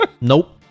nope